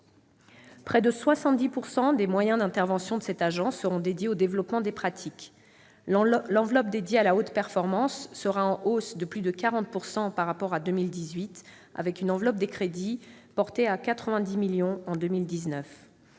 Près de 70 % des moyens d'intervention de cette agence seront dédiés au développement des pratiques. L'enveloppe consacrée à la haute performance sera, quant à elle, en hausse de plus de 40 % par rapport à 2018, avec une enveloppe de crédits portée à 90 millions d'euros